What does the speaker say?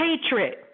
hatred